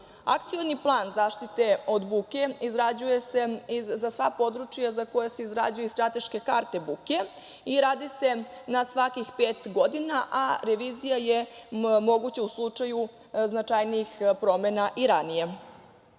plan zaštite od buke izrađuje se za sva područja za koja se izrađuju i strateške karte buke i radi se na svakih pet godina, a revizija je moguća u slučaju značajnijih promena i